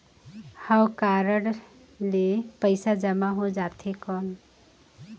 हव कारड ले पइसा जमा हो जाथे कौन?